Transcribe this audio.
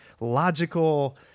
logical